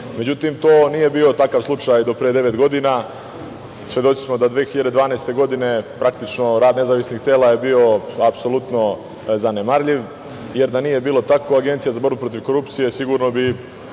dešava.Međutim, to nije bio takav slučaj do pre devet godina. Svedoci smo da 2012. godine, praktično rad nezavisnih tela je bio apsolutno zanemarljiv, jer da nije bilo tkao Agencija za borbu protiv korupcije sigurno bi